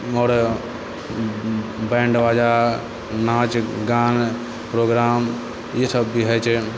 आओर बैण्ड बाजा नाच गान प्रोग्राम ई सब भी होइ छै